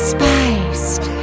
Spiced